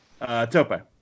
Topa